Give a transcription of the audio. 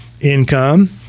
income